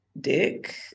dick